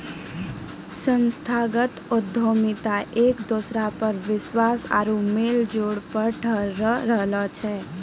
संस्थागत उद्यमिता एक दोसरा पर विश्वास आरु मेलजोल पर ठाढ़ो रहै छै